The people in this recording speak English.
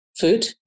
food